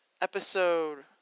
episode